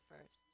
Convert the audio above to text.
first